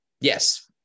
yes